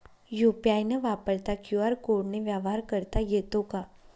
UPI न वापरता QR कोडने व्यवहार करता येतो का?